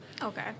Okay